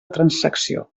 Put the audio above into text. transacció